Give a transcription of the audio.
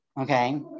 okay